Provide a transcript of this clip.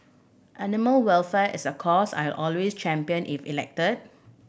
animal welfare is a cause I'll always champion if elected